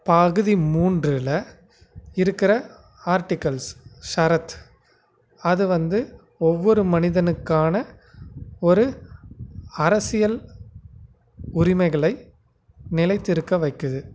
பகுதி மூன்றில் இருக்கிற ஆர்ட்டிகள்ஸ் ஷரத் அது வந்து ஒவ்வொரு மனிதனுக்கான ஒரு அரசியல் உரிமைகளை நிலைத்திருக்க வைக்குது